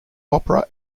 opera